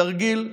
תרגיל בהישרדות.